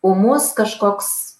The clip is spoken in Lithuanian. ūmus kažkoks